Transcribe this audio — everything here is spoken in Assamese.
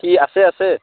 কি আছে আছে